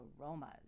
aromas